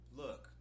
look